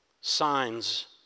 signs